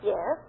Yes